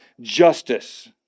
justice